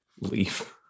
leave